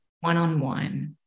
one-on-one